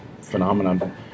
phenomenon